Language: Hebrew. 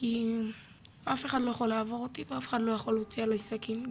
כי אף אחד לא יכול לעבור אותי ואף אחד לא יכול להוציא עליי סכין,